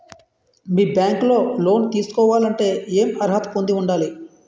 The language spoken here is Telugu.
మీ బ్యాంక్ లో లోన్ తీసుకోవాలంటే ఎం అర్హత పొంది ఉండాలి?